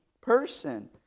person